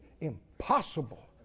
impossible